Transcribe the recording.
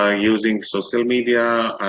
ah using social media,